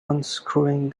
unscrewing